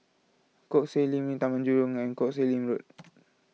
Koh Sek Lim Road Taman Jurong and Koh Sek Lim Road